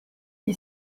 gli